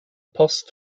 post